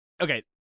okay